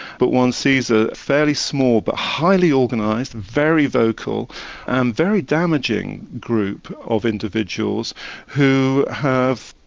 but one sees a fairly small, but highly organised, very vocal and very damaging group of individuals who have,